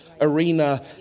arena